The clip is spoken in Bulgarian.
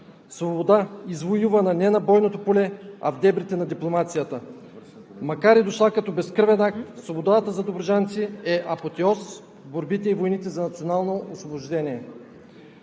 свобода, извоювана не на бойното поле, а в дебрите на дипломацията. Макар и дошла като безкръвен акт, свободата за добруджанци е апотеоз в борбите и войните за национално освобождение,